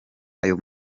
ayo